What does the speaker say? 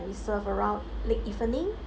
can be served around late evening